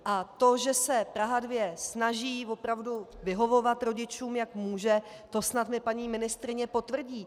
A to, že se Praha 2 snaží opravdu vyhovovat rodičům, jak může, to mi snad paní ministryně potvrdí.